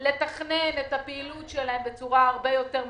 לתכנן את הפעילות שלהם בצורה הרבה יותר משמעותית,